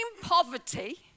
poverty